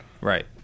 Right